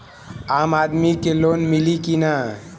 आम आदमी के लोन मिली कि ना?